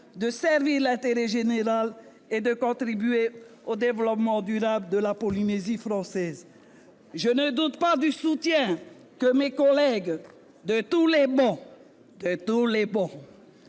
: servir l'intérêt général et contribuer au développement durable de la Polynésie française. Je ne doute pas du soutien que mes collègues, de toutes les travées,